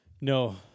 No